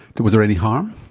but was there any harm?